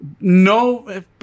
No